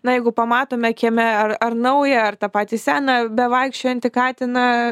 na jeigu pamatome kieme ar ar naują ar tą patį seną bevaikščiojantį katiną